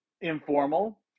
informal